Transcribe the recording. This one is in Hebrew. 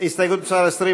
הרשימה